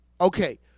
Okay